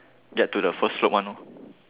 get to the first slope [one]